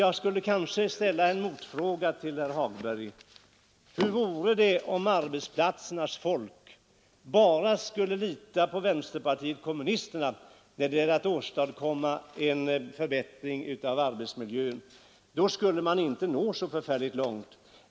Jag skulle kunna ställa en motfråga till herr Hagberg: Hur vore det om arbetsplatsernas folk bara skulle lita på vänsterpartiet kommunisterna när det gäller att åstadkomma en förbättring av arbetsmiljön? Då skulle man inte nå så förfärligt långt.